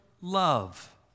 love